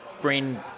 bring